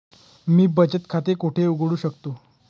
मी बचत खाते कोठे उघडू शकतो?